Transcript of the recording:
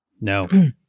No